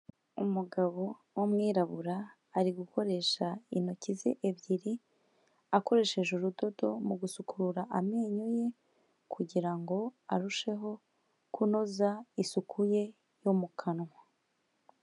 Umugabo w'umwirabura, ari gukoresha intoki ze ebyiri, akoresheje urudodo mu gusukura amenyo ye, kugira ngo arusheho kunoza isuku ye yo mu kanwa.